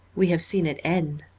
we have seen it end.